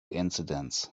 incidents